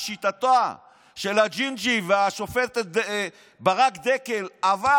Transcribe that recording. לשיטתם של הג'ינג'י והשופטת ברק דקל עבר,